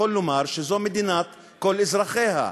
יכול לומר שזאת מדינת כל אזרחיה.